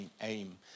aim